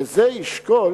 וזה ישקול